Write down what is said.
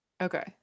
Okay